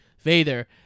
Vader